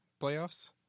playoffs